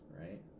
right